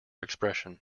expression